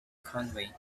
conway